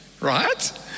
right